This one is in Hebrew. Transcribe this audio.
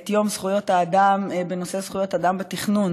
את יום זכויות האדם בנושא זכויות אדם בתכנון,